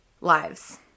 lives